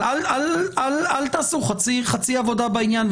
אבל אל תעשו חצי עבודה בעניין,